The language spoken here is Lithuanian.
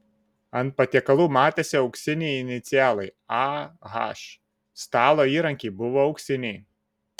ant patiekalų matėsi auksiniai inicialai ah stalo įrankiai buvo auksiniai